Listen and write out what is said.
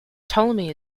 ptolemy